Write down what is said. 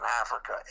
Africa